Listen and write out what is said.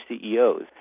CEOs